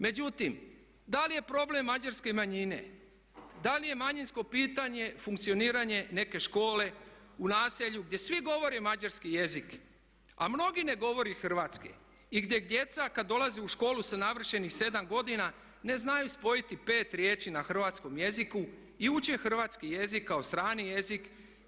Međutim, da li je problem Mađarske manjine, da li je manjinsko pitanje funkcioniranje neke škole u naselju gdje svi govore mađarski jezik a mnogi ne govore hrvatski i gdje djeca kada dolaze u školu sa navršenih 7 godina ne znaju spojiti 5 riječi na hrvatskom jeziku i uče hrvatski jezik kao strani jezik?